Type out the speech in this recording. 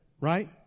Right